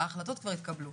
התקבלו,